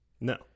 No